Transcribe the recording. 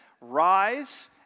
rise